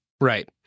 Right